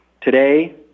Today